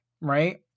right